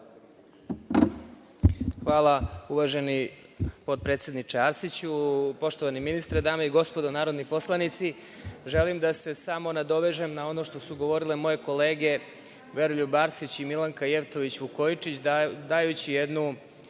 Hvala, uvaženi potpredsedniče Arsiću. Poštovani ministre, dame i gospodo narodi poslanici, želim da se samo nadovežem na ono što su govorili moje kolege Veroljub Arsić i Milanka Jevtović Vukojičić, dajući jednu